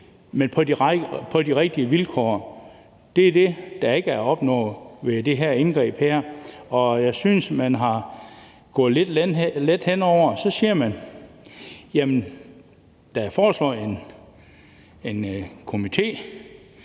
være på de rigtige vilkår, og det er det, der ikke er opnået med det her indgreb, og jeg synes, man er gået lidt let hen over det. Så siger man, at der er foreslået en